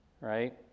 right